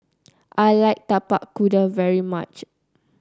I like Tapak Kuda very much